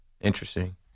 Interesting